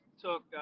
took